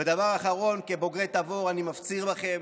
ודבר אחרון, "כבוגרי תבור, אני מפציר בכם